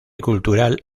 cultural